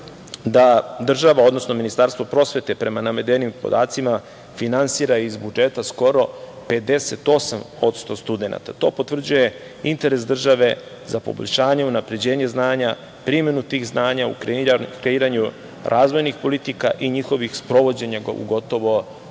da država, odnosno Ministarstvo prosvete prema navedenim podacima finansira iz budžeta skoro 58% studenata. To potvrđuje interes države za poboljšanje unapređenja znanja, primenu tih znanja u kreiranju razvojnih politika i njihovih sprovođenja u gotovo